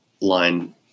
Line